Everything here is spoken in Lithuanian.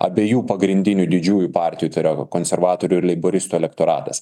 abiejų pagrindinių didžiųjų partijų tai yra konservatorių ir leiboristų elektoratas